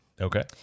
Okay